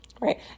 right